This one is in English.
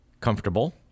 comfortable